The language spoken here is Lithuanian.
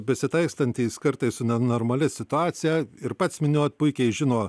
besitaikstantys kartais su ne nenormali situacija ir pats minėjot puikiai žino